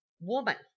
woman